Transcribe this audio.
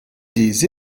des